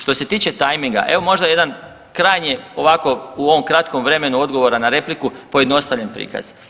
Što se tiče timinga, evo možda jedan krajnje ovako u ovom kratkom vremenu odgovora na repliku pojednostavljen prikaz.